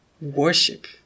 worship